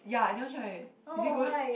ya I never try eh is it good